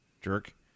jerk